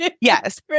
Yes